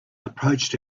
approached